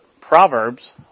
Proverbs